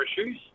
issues